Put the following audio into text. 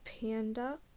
panda